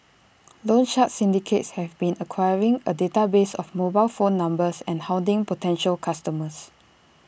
loan shark syndicates have been acquiring A database of mobile phone numbers and hounding potential customers